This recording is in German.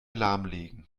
lahmlegen